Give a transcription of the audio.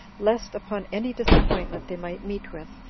lest, upon any disappointment they might meet with,